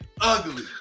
ugly